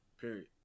period